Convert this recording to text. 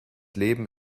leben